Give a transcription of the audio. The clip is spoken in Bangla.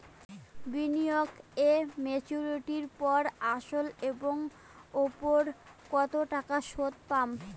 বিনিয়োগ এ মেচুরিটির পর আসল এর উপর কতো টাকা সুদ পাম?